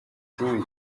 جویی